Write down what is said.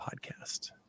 Podcast